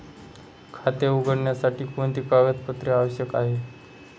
खाते उघडण्यासाठी कोणती कागदपत्रे आवश्यक आहे?